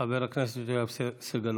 חבר הכנסת יואב סגלוביץ',